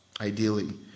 ideally